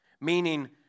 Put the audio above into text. Meaning